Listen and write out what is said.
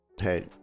Hey